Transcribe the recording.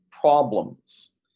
problems